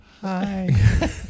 Hi